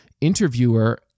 interviewer